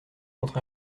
contre